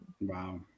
Wow